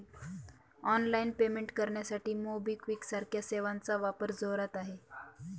online payment करण्यासाठी MobiKwik सारख्या सेवांचा वापर जोरात आहे